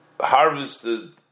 harvested